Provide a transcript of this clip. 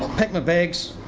packed by bags,